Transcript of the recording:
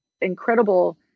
incredible